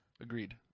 agreed